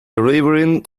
delivering